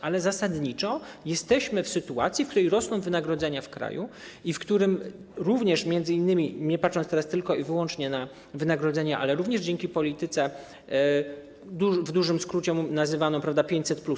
Ale zasadniczo jesteśmy w sytuacji, w której w kraju rosną wynagrodzenia i w której również, m.in. nie patrząc teraz tylko i wyłącznie na wynagrodzenia, ale również dzięki polityce w dużym skrócie nazywanej 500+.